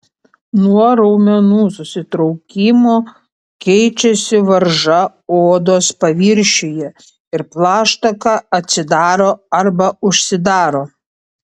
nuo raumenų susitraukimo keičiasi varža odos paviršiuje ir plaštaka atsidaro arba užsidaro